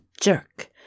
jerk